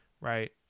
right